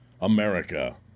America